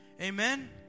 Amen